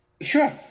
Sure